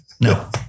No